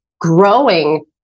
growing